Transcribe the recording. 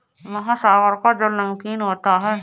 महासागर का जल नमकीन होता है